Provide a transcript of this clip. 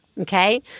Okay